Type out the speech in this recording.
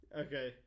Okay